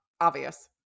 Obvious